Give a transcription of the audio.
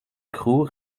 crew